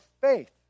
faith